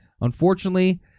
Unfortunately